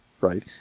right